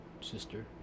sister